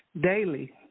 daily